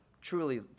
truly